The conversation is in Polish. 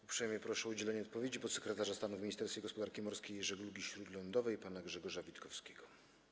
Uprzejmie proszę o udzielenie odpowiedzi podsekretarza stanu w Ministerstwie Gospodarki Morskiej i Żeglugi Śródlądowej pana Grzegorza Witkowskiego.